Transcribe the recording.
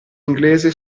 inglese